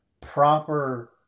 proper